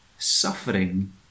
Suffering